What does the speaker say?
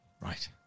Right